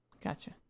Gotcha